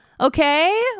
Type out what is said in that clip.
Okay